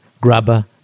grubber